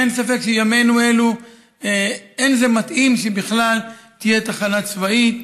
אין ספק שבימינו אלו לא מתאים שבכלל תהיה תחנה צבאית,